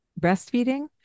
breastfeeding